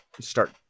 start